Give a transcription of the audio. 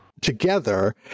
together